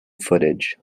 footage